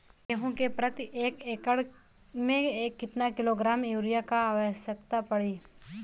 गेहूँ के प्रति एक एकड़ में कितना किलोग्राम युरिया क आवश्यकता पड़ी?